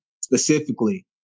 specifically